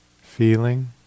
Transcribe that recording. feeling